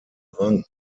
rang